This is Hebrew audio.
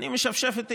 אני משפשף את עיניי.